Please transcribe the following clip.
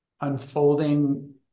unfolding